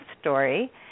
story